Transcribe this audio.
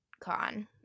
con